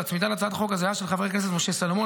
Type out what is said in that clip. ולהצמיד להצעת החוק הזהה של חבר הכנסת משה סולומון,